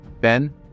Ben